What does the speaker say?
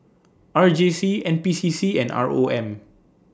R J C N P C C and R O M